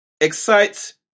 excites